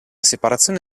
separazione